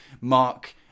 Mark